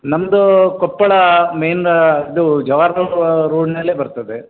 ನಮ್ಮದು ಕೊಪ್ಪಳ ಮೇನ್ ಇದು ಜವಾಹರ್ ಲಾಲ್ ರೂಡ್ನಲ್ಲೆ ಬರ್ತದೆ